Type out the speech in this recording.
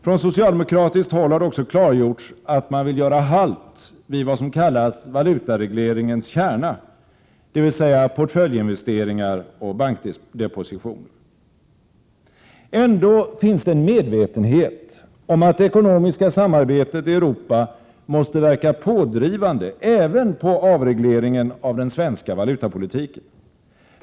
Från socialdemokratiskt håll har det också klargjorts att man vill göra halt vid vad som kallas valutaregleringens kärna, dvs. portföljinvesteringar och bankdepositioner. Ändå finns det en medvetenhet om att det ekonomiska samarbetet i Europa måste verka pådrivande även på avregleringen av den svenska valutapolitiken.